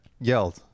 Yelled